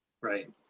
Right